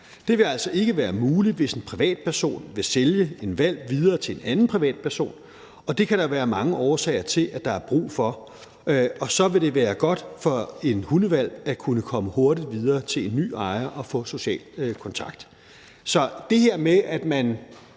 Det vil altså ikke være muligt, hvis en privatperson vil sælge en hvalp videre til en anden privatperson. Det kan der være mange årsager til at der er brug for, og så vil det være godt for en hundehvalp at kunne komme hurtigt videre til en ny ejer og få social kontakt. Så det her med – det